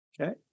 Okay